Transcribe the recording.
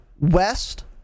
west